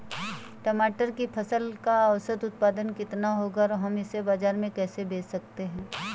टमाटर की फसल का औसत उत्पादन कितना होगा और हम इसे बाजार में कैसे बेच सकते हैं?